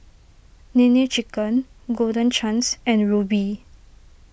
Nene Chicken Golden Chance and Rubi